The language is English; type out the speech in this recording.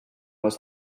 was